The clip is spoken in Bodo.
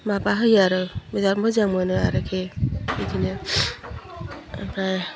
माबा होयो आरो बिराद मोजां मोनो आरोखि बिदिनो ओमफ्राय